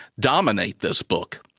dominate this book.